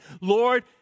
Lord